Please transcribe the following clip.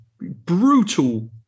brutal